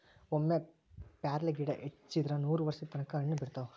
ಒಮ್ಮೆ ಪ್ಯಾರ್ಲಗಿಡಾ ಹಚ್ಚಿದ್ರ ನೂರವರ್ಷದ ತನಕಾ ಹಣ್ಣ ಬಿಡತಾವ